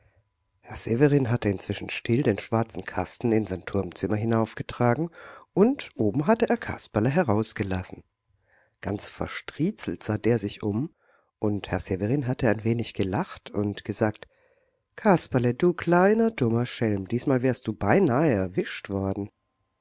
herr severin hatte inzwischen still den schwarzen kasten in sein turmzimmer hinaufgetragen und oben hatte er kasperle herausgelassen ganz verstriezelt sah der sich um und herr severin hatte ein wenig gelacht und gesagt kasperle du kleiner dummer schelm diesmal wärst du beinahe erwischt worden